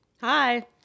hi